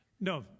No